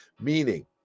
meaning